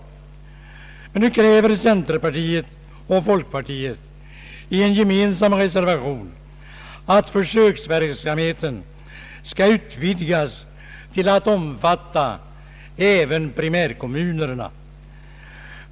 Nu kräver centerpartiet och folikpartiet i en gemensam reservation att försöksverksamheten skall utvidgas till att omfatta även primärkommunerna.